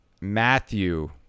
Matthew